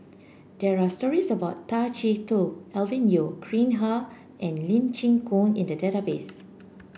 there are stories about Tay Chee Toh Alvin Yeo Khirn Hai and Lee Chin Koon in the database